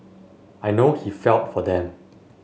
I know he felt for them